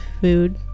food